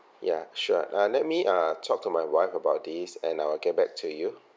ya sure uh let me uh talk to my wife about this and I will get back to you